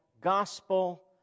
gospel